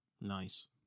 Nice